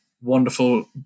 wonderful